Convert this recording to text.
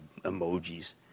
emojis